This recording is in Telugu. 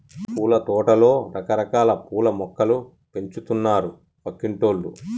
పూలతోటలో రకరకాల పూల మొక్కలు పెంచుతున్నారు పక్కింటోల్లు